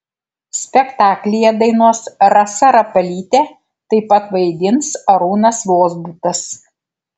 spektaklyje dainuos rasa rapalytė taip pat vaidins arūnas vozbutas